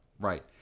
Right